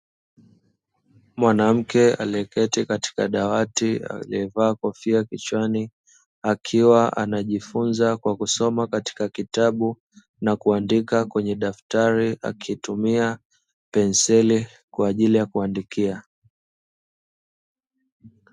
Mwanamke aliyeketi katika dawati aliyevaa kofia kichwani akiwa anajifunza kwa kusoma katika kitabu na kuandika kwenye daftari akitumia penseli kwajili ya kuandikia.